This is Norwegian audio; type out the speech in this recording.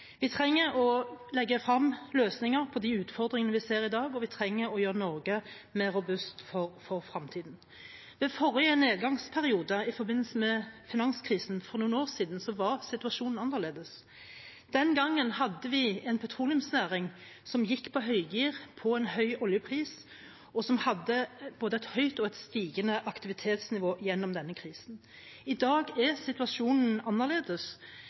vi trenger å gjøre Norge mer robust for fremtiden. Ved forrige nedgangsperiode, i forbindelse med finanskrisen for noen år siden, var situasjonen annerledes. Den gangen hadde vi en petroleumsnæring som gikk på høygir på en høy oljepris, og som hadde både et høyt og et stigende aktivitetsnivå gjennom denne krisen. I dag er situasjonen annerledes.